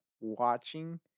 watching